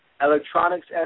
Electronics